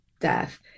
death